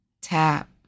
Tap